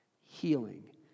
Healing